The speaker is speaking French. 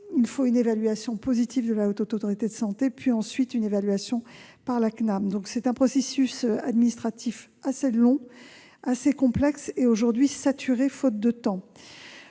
faut une évaluation positive de la Haute Autorité de santé, puis une autre de la CNAM. Il s'agit d'un processus administratif assez long, assez complexe et aujourd'hui saturé, faute de temps.